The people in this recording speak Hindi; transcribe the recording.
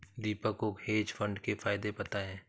दीपक को हेज फंड के फायदे पता है